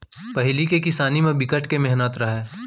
पहिली के किसानी म बिकट के मेहनत रहय